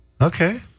Okay